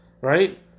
right